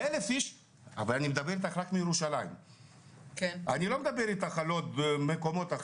אני מדבר אתך רק על ירושלים ולא על עוד מקומות.